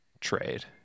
trade